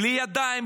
בלי ידיים,